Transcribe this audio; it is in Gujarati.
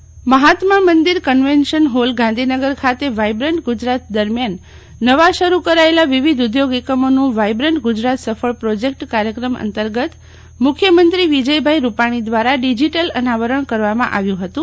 ઈકોપેકનું ઉધઘાટન મહાત્મા મંદિર કન્વેશન હોલ ગાંધીનગર ખાતે વાયબ્રન્ટ ગુજરાત દરમિયાન નવા શરૂ કરાવેલા વિવિધ ઉઘોગ એકમોનું વાયબ્રન્ટ ગુજરાત સફળ પ્રોજેક્ટ કાર્યક્રમ અંતંગત મુખ્યમંત્રી વિજયભાઈ રૂપાણી દ્રારા ડિજિટલ અનાવરણ કરવામાં આવ્યુ હતું